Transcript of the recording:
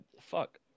Fuck